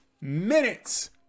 minutes